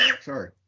Sorry